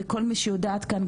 וכל מי שיודעת כאן,